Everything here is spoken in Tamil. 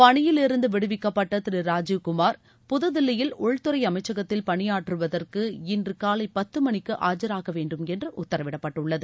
பணியிலிருந்து விடுவிக்கப்பட்ட திரு ராஜீவ்குமார் புதில்லியில் உள்துறை அமைச்சகத்தில் பணியாற்றுவதற்கு இன்றுகாலை பத்துமணிக்கு ஆஜராகவேண்டும் என்று உத்தரவிடப்பட்டுள்ளது